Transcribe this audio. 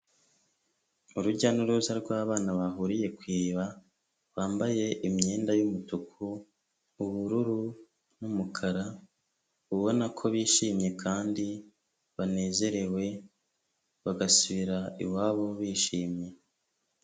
Urujya n'uruza rw'abana bahuriye ku iriba, bambaye imyenda y'umutuku, ubururu n'umukara, ubona ko bishimye kandi banezerewe, bagasubira iwabo bishimye.